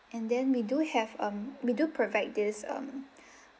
and then we do have um we do provide this um